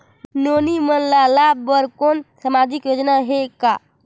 नोनी मन ल लाभ बर कोनो सामाजिक योजना हे का?